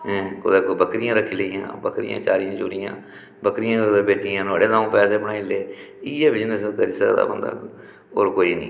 ऐं कुदै कोई बक्करियां रक्खी लेइयां बक्करियां चारियां चूरियां बक्करियां कुदै बेची ओड़ियां कुदै नुहाड़े द'ऊं पैसे बनाई ले इ'यै बिजनस करी सकदा बंदा होर कोई निं